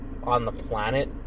on-the-planet